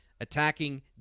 Attacking